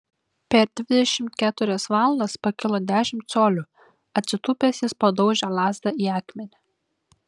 per dvidešimt keturias valandas pakilo dešimt colių atsitūpęs jis padaužė lazdą į akmenį